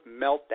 meltdown